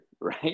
right